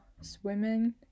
swimming